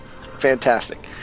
Fantastic